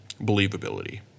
believability